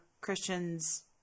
Christians